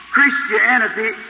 Christianity